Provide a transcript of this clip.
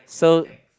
so